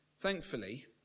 Thankfully